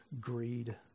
greed